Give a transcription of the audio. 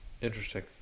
interesting